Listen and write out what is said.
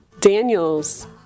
Daniels